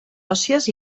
òssies